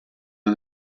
and